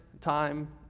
time